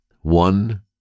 One